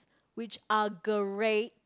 which are great